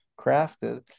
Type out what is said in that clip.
crafted